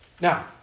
Now